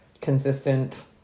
consistent